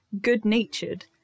good-natured